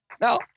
Now